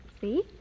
See